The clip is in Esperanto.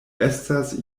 estas